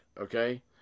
okay